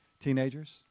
Teenagers